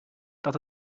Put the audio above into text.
dat